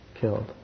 killed